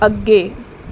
ਅੱਗੇ